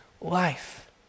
life